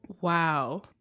wow